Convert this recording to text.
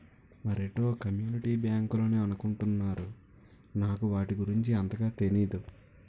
మరేటో కమ్యూనిటీ బ్యాంకులని అనుకుంటున్నారు నాకు వాటి గురించి అంతగా తెనీదు